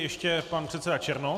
Ještě pan předseda Černoch.